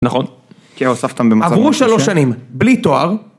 ‫נכון? ‫-כן, הוספתם במצב... ‫עברו שלוש שנים, בלי תואר.